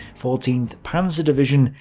fourteenth panzer division,